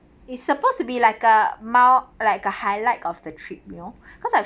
it's supposed to be like a mou~ like a highlight of the trip you know because I